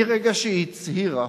מהרגע שהיא הצהירה,